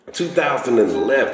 2011